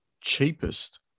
cheapest